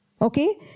Okay